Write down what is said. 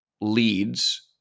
leads